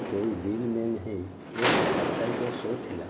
କୋଇ ଦିଲ୍ ମେନ୍ ହେ ଏକ ସାପ୍ତାହିକ ଶୋ ଥିଲା